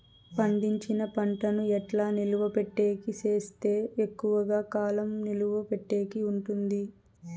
పండించిన పంట ను ఎట్లా నిలువ పెట్టేకి సేస్తే ఎక్కువగా కాలం నిలువ పెట్టేకి ఉంటుంది?